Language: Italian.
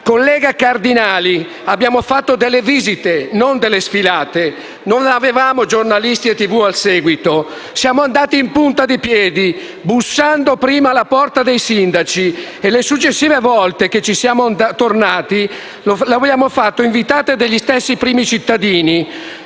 Collega Cardinali, abbiamo fatto delle visite, non delle sfilate; non avevamo giornalisti e televisioni al seguito. Siamo andati in punta di piedi, bussando prima alla porta dei sindaci; e le successive volte che ci siamo tornati l'abbiamo fatto invitati dagli stessi primi cittadini.